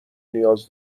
نیاز